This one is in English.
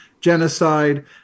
genocide